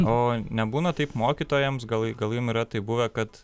o nebūna taip mokytojams gal gal jum yra taip buvę kad